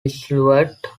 roosevelt